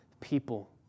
people